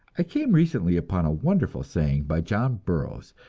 i came recently upon a wonderful saying by john burroughs,